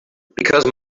because